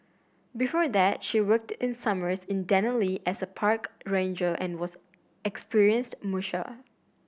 before that she worked in summers in Denali as a park ranger and was experienced musher